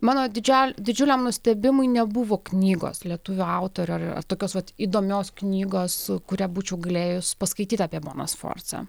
mano didžiam didžiuliam nustebimui nebuvo knygos lietuvių autorių ar tokios vat įdomios knygos su kuria būčiau galėjus paskaityt apie boną sforcą